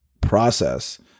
process